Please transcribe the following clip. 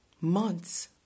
months